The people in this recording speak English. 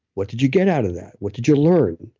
what did you get out of that? what did you learn?